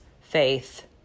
faith